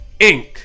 inc